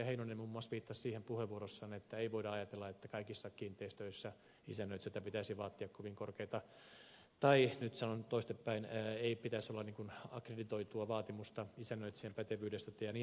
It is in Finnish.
heinonen muun muassa viittasi puheenvuorossaan siihen että ei voida ajatella että kaikissa kiinteistöissä isännöitsijöiltä pitäisi vaatia kovin korkeata osaamista tai nyt sanon toisin päin ei pitäisi olla akkreditoitua vaatimusta isännöitsijän pätevyydestä ja niin edelleen